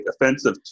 offensive